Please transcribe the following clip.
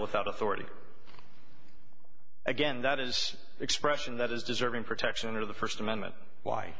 without authority again that is expression that is deserving protection under the first amendment why